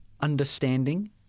understanding